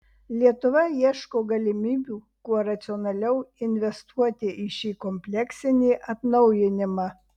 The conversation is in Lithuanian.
lietuva ieško galimybių kuo racionaliau investuoti į šį kompleksinį atnaujinimą